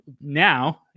now